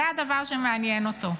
זה הדבר שמעניין אותו: